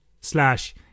slash